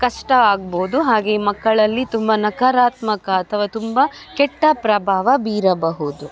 ಕಷ್ಟ ಆಗ್ಬೋದು ಹಾಗೇ ಮಕ್ಕಳಲ್ಲಿ ತುಂಬ ನಕಾರಾತ್ಮಕ ಅಥವಾ ತುಂಬ ಕೆಟ್ಟ ಪ್ರಭಾವ ಬೀರಬಹುದು